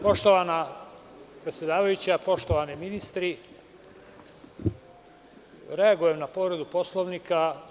Poštovana predsedavajuća, poštovani ministri, reagujem na povredu Poslovnika.